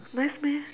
nice meh